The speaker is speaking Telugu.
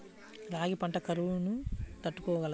రాగి పంట కరువును తట్టుకోగలదా?